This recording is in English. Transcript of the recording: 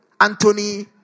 Anthony